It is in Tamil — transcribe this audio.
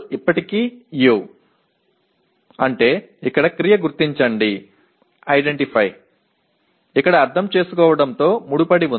அதாவது வினைச்சொல்லை அடையாளம் காணுங்கள் இது புரிந்துகொள்ளுதலுடன் தொடர்புடையது